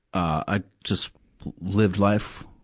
ah just lived life